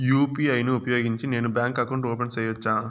UPI ను ఉపయోగించి నేను బ్యాంకు అకౌంట్ ఓపెన్ సేయొచ్చా?